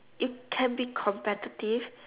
it can be competitive